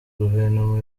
guverinoma